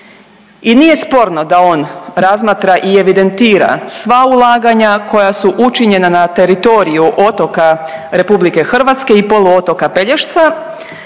i nije sporno da on razmatra i evidentira sva ulaganja koja su učinjena na teritoriju otoka RH i poluotoka Pelješca,